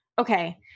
okay